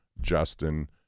Justin